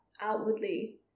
outwardly